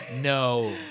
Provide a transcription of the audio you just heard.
No